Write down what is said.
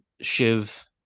Shiv